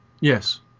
Yes